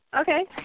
Okay